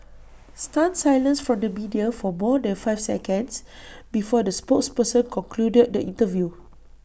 stunned silence from the media for more than five seconds before the spokesperson concluded the interview